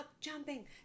jumping